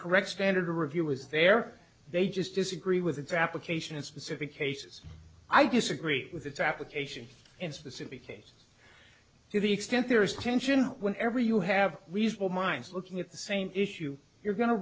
correct standard of review is there they just disagree with its application in specific cases i disagree with its application in specific cases to the extent there is tension when every you have reasonable minds looking at the same issue you're going to